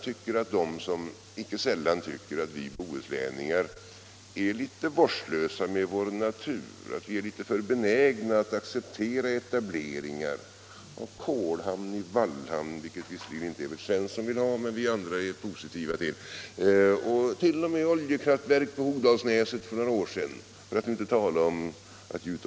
Många tycker att vi är litet vårdslösa med vår natur, att vi är litet för benägna att acceptera etablering av kolhamn i Vallhamn — vilket visserligen inte Evert Svensson vill ha, men som vi andra är positiva till —, oljekraftverk på Hogdalsnäset för några år sedan, för att inte tala om oljeplattformar.